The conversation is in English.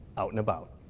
out and about.